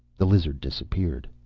the lizard disappeared.